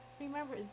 Remember